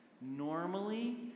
normally